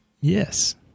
Yes